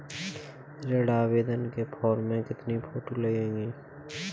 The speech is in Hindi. ऋण आवेदन के फॉर्म में कितनी फोटो लगेंगी?